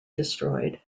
destroyed